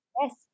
Yes